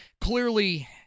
clearly